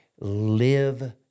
live